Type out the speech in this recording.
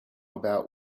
about